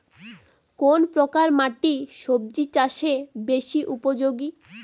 কোন প্রকার মাটি সবজি চাষে বেশি উপযোগী?